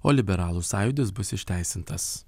o liberalų sąjūdis bus išteisintas